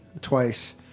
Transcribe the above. twice